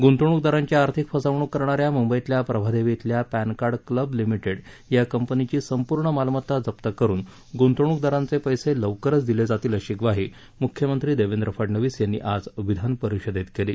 गुंतवणूकदारांची आर्थिक फसवणूक करणाऱ्या मुंबईतल्या प्रभादेवी इथल्या पॅनकार्ड क्लब लिमिटेड या कंपनीची संपूर्ण मालमत्ता जप्त करून गुंतवणुकदारांचे पर्सीलवकरच देण्यात येतील अशी म्वाही मुख्यमंत्री देवेंद्र फडणवीस यांनी आज विधानपरिषदेत दिली